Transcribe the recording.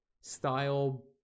style